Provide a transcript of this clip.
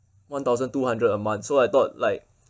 one thousand two hundred a month so I thought like